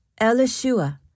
Elishua